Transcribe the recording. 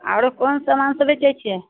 आरो कोन सामानसभ बेचैत छियै